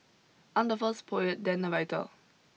I'm the first poet then a writer